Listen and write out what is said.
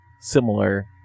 similar